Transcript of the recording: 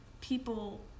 people